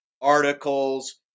Articles